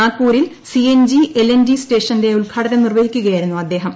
നാഗ്പൂരിൽ C N G L N G സ്റ്റേഷന്റെ ഉദ്ഘാടനം നിർവ്വഹിക്കുകയായിരുന്നു അദ്ദേഹം